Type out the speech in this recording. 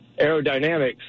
aerodynamics